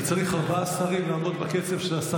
כי צריך ארבעה שרים לעמוד בקצב של השרה.